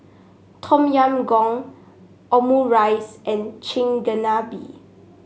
Tom Yam Goong Omurice and Chigenabe